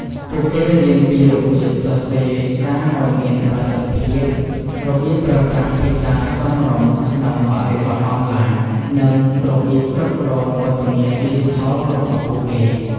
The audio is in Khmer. ពួកគេរៀនពីរបៀបសរសេរសារឱ្យមានប្រសិទ្ធភាព របៀបប្រើប្រាស់ភាសាសមរម្យក្នុងបរិបទអនឡាញ និងរបៀបគ្រប់គ្រងវត្តមានឌីជីថលរបស់ពួកគេ។